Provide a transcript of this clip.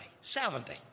Seventy